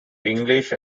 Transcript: english